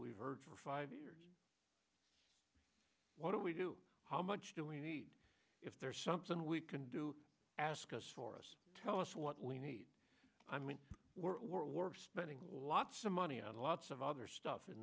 we've heard for five years what do we do how much do we need if there's something we can do ask us for us tell us what we need i mean we're spending lots of money on lots of other stuff in